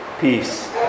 peace